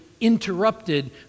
interrupted